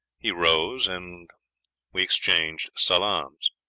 he rose and we exchanged salaams.